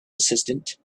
assistant